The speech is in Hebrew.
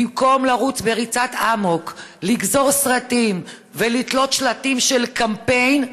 במקום לרוץ ריצת אמוק לגזור סרטים ולתלות שלטים של קמפיין,